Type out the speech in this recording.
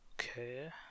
Okay